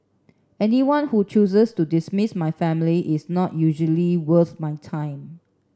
anyone who chooses to dismiss my family is not usually worth my time